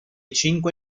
cinque